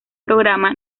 programa